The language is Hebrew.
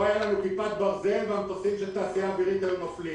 לא הייתה לנו כיפת ברזל והמטוסים של התעשייה האווירית היו נופלים